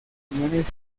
uniones